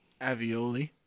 Avioli